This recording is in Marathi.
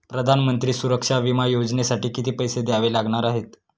प्रधानमंत्री सुरक्षा विमा योजनेसाठी किती पैसे द्यावे लागणार आहेत?